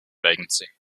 vacancy